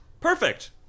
perfect